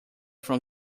from